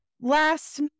Last